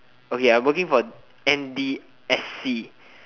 okay I working for m_d_s_c